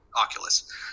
Oculus